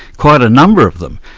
quite a number of them.